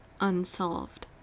unsolved